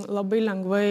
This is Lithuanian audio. labai lengvai